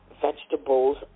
vegetables